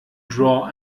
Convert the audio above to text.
draw